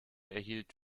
erhielt